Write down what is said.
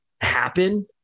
happen